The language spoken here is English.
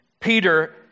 Peter